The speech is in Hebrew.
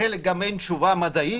לחלק גם אין תשובה מדעית.